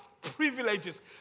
privileges